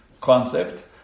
concept